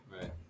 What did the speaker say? Right